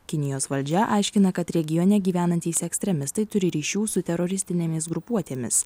kinijos valdžia aiškina kad regione gyvenantys ekstremistai turi ryšių su teroristinėmis grupuotėmis